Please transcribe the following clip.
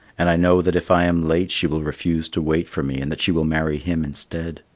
and i know that if i am late she will refuse to wait for me and that she will marry him instead.